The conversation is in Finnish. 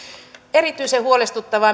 erityisen huolestuttavaa